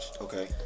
Okay